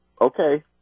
okay